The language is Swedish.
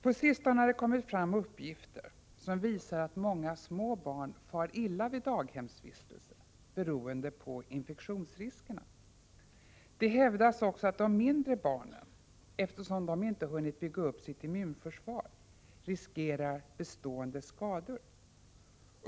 På sistone har det framkommit uppgifter som visar att många små barn far illa vid daghemsvistelse beroende på infektionsriskerna. Det hävdas också att de mindre barnen, eftersom de inte hunnit bygga upp sitt immunförsvar, riskerar bestående skador.